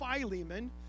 philemon